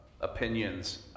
opinions